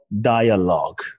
dialogue